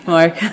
Mark